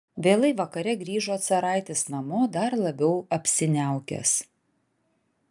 vėlai vakare grįžo caraitis namo dar labiau apsiniaukęs